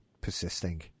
persisting